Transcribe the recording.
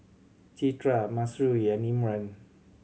Citra Mahsuri and Imran